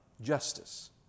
justice